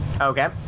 Okay